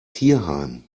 tierheim